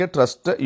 Trust